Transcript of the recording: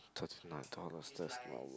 just nice